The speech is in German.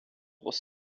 brust